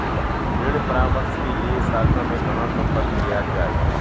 ऋण परामर्श के लिए शाखा में कहाँ संपर्क किया जाए?